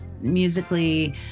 musically